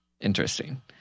interesting